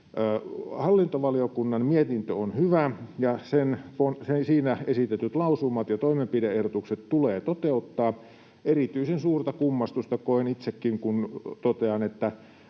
Hallintovaliokunnan mietintö on hyvä, ja siinä esitetyt lausumat ja toimenpide-ehdotukset tulee toteuttaa. Erityisen suurta kummastusta koen itsekin, kun totean, että